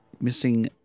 Missing